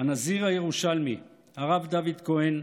"הנזיר הירושלמי", הרב דוד כהן,